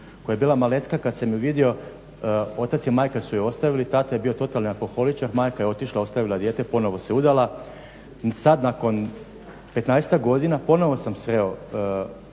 koja je bila malecka kada sam ju vidio, otac i majka su je ostavili. Tata je bio totalni alkoholičar, majka je otišla, ostavila dijete, ponovo se udala. Sad nakon 15-ak godina ponovo sam sreo